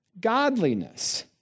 godliness